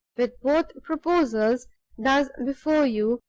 with both proposals thus before you,